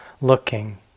looking